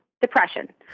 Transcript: depression